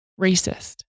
racist